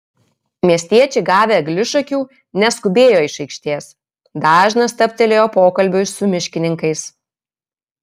miestiečiai gavę eglišakių neskubėjo iš aikštės dažnas stabtelėjo pokalbiui su miškininkais